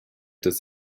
des